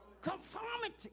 Conformity